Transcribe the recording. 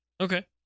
Okay